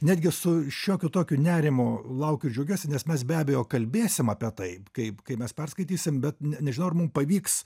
netgi su šiokiu tokiu nerimu laukiu džiaugiuosi nes mes be abejo kalbėsim apie tai kaip kai mes perskaitysim bet ne nežinau ar mums pavyks